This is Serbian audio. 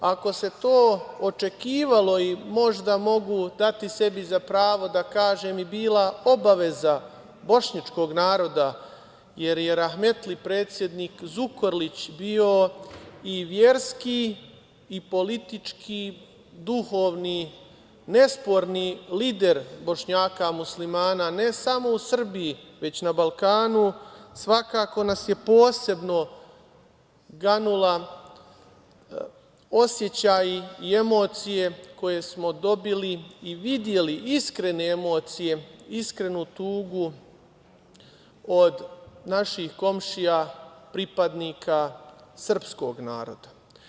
Ako se to očekivalo, i možda mogu dati sebi za pravo da kažem, i bila obaveza bošnjačkog naroda, jer je rahmetli predsednik Zukorlić bio i verski i politički duhovni, nesporni lider Bošnjaka Muslimana, ne samo u Srbiji, već na Balkanu, svakako nas je posebno ganula osećaj i emocije koje smo dobili i videli iskrene emocije, iskrenu tugu od naših komšija pripadnika sprskog naroda.